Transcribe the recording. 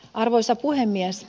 arvoisa puhemies